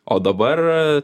o dabar